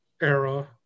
era